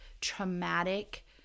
traumatic